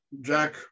Jack